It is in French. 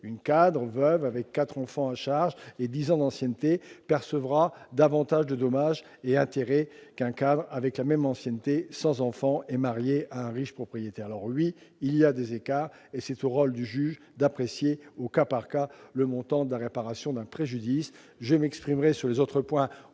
une cadre, veuve avec quatre enfants à charge et dix ans d'ancienneté percevra davantage de dommages et intérêts qu'une cadre avec la même ancienneté, sans enfant et mariée à un riche propriétaire. Alors, oui, il y a des écarts, et il revient au juge d'apprécier au cas par cas le montant de la réparation d'un préjudice. Je m'exprimerai sur les autres points